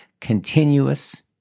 continuous